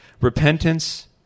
repentance